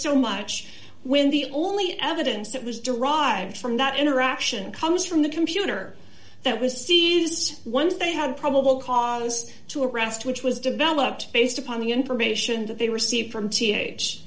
so much when the only evidence that was derived from that interaction comes from the computer that was seized one thing had probable cause to arrest which was developed based upon the information that they received from